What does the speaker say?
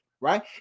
Right